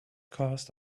caused